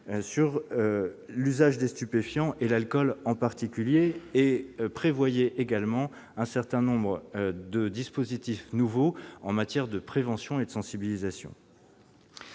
l'usage des stupéfiants et de l'alcool, en particulier. Il prévoyait également un certain nombre de dispositifs nouveaux en matière de prévention et de sensibilisation.